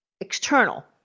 external